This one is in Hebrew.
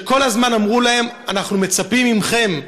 שכל הזמן אמרו להם: אנחנו מצפים מכם,